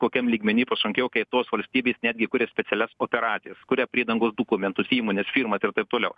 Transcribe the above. kokiam lygmeny pasunkėjo kai tos valstybės netgi kuria specialias operacijas kuria priedangos dokumentus įmones firmas ir taip toliau